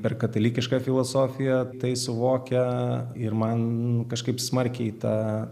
per katalikišką filosofiją tai suvokia ir man kažkaip smarkiai tą